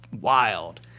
wild